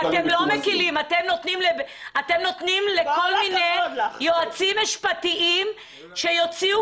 אתם נותנים לכל מיני יועצים משפטיים שיוציאו